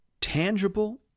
tangible